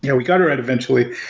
and we got it right eventually.